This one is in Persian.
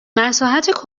مساحت